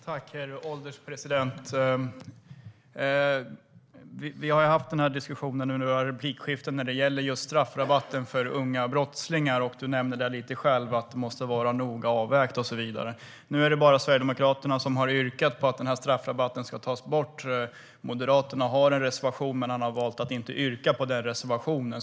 Herr ålderspresident! Vi hade diskussionen om straffrabatt för unga brottslingar i förra replikskiftet. Mats Pertoft nämnde att man måste göra en noggrann avvägning. Nu är det bara Sverigedemokraterna som har yrkat på att straffrabatten ska tas bort. Moderaterna har en reservation, men de har valt att inte yrka bifall till den reservationen.